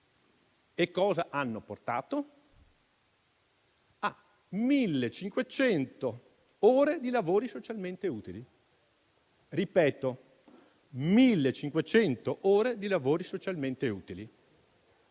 E cosa hanno portato? A 1.500 ore di lavori socialmente utili. Ripeto: 1.500 ore di lavori socialmente utili.